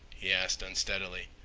he asked unsteadily.